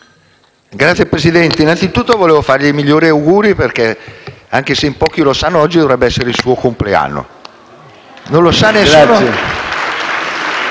Signor Presidente, innanzitutto vorrei farle i migliori auguri perché, anche se in pochi lo sanno, oggi dovrebbe essere il suo compleanno.